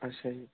अच्छा जी